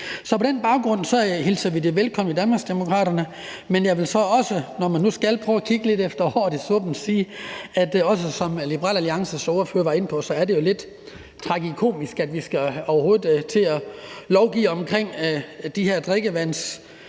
Så på den baggrund hilser vi det i Danmarksdemokraterne velkommen, men jeg vil så også, hvis man nu også skal prøve at kigge lidt efter håret i suppen, sige, at det jo, som Liberal Alliances ordfører også var inde på, er lidt tragikomisk, at vi overhovedet skal til at lovgive omkring de her kortlægninger